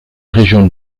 région